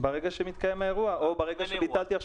ברגע שמתקיים האירוע או ברגע שביטלתי את